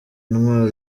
intwaro